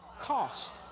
cost